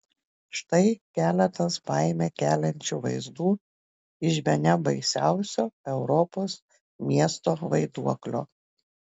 štai keletas baimę keliančių vaizdų iš bene baisiausio europos miesto vaiduoklio